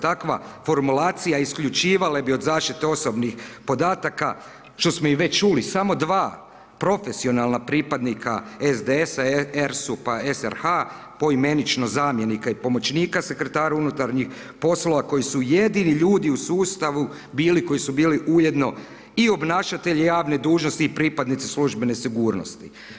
Takva formulacija isključivale bi od zaštite osobnih podataka što smo već i čuli samo dva profesionalna pripadnika SDS-a RSUP-a SRH-a poimenično zamjenika i pomoćnika sekretara unutarnjih poslova koji su jedini ljudi u sustavu bili koji su bili ujedno i obnašatelji javne dužnosti i pripadnici službene sigurnosti.